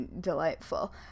Delightful